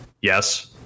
Yes